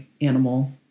animal